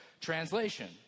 translation